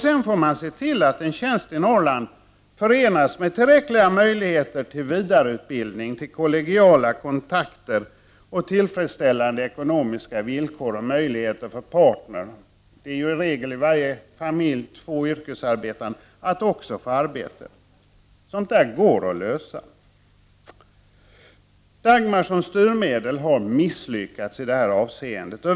Sedan får man se till att en tjänst i Norrland förenas med tillräckliga möjligheter till vidareutbildning, kollegiala kontakter, tillfredsställande ekonomiska villkor och möjligheter för partnern — i varje familj finns i regel två yrkesarbetande — att också få arbete. Sådant går att lösa. Dagmar som styrmedel har misslyckats i detta avseende.